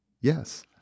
yes